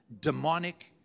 demonic